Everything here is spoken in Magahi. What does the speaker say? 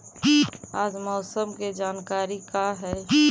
आज मौसम के जानकारी का हई?